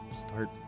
start